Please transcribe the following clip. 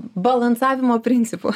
balansavimo principu